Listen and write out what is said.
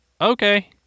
Okay